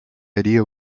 idea